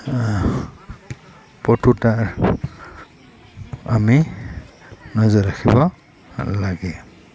পতুতাৰ আমি নজৰ ৰাখিব লাগে